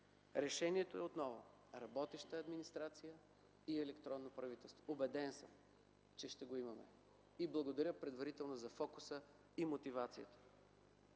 Решението е отново работеща администрация и електронно правителство. Убеден съм, че ще го имаме. И благодаря предварително за фокуса и мотивацията.